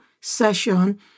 session